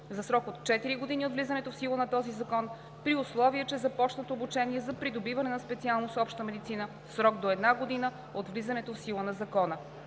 за срок от четири години от влизането в сила на този закон, при условие че започнат обучение за придобиване на специалност „Обща медицина“ в срок до една година от влизането в сила на Закона.